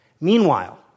Meanwhile